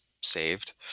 saved